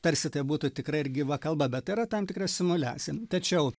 tarsi tai būtų tikra ir gyva kalba bet tai yra tam tikra simuliacija tačiau